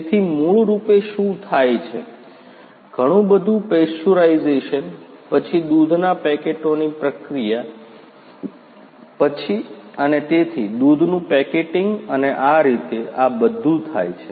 તેથી મૂળરૂપે શું થાય છે ઘણું બધુ પેસ્ચ્યુરાઇઝેશન પછી દૂધના પેકેટોની પ્રક્રિયા પછી અને તેથી દૂધનું પેકેટિંગ અને આ રીતે આ બધુ થાય છે